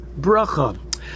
bracha